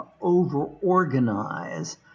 over-organize